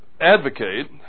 advocate